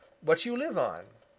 what you live on.